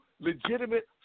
legitimate